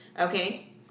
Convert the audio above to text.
okay